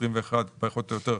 121 פחות או יותר,